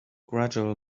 gradual